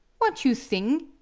what you thing?